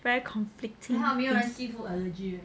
very conflicting